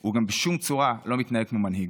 הוא גם בשום צורה לא מתנהג כמו מנהיג.